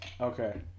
okay